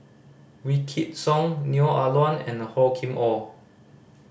Wykidd Song Neo Ah Luan and Hor Kim Or